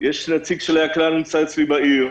יש נציג שלהם שנמצא אצלי בעיר,